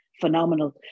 phenomenal